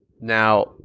Now